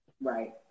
right